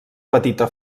petita